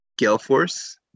Galeforce